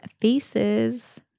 faces